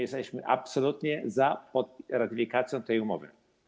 Jesteśmy absolutnie za ratyfikacją tej umowy.